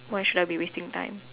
why should I be wasting time